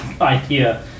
idea